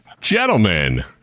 gentlemen